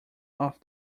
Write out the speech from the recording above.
off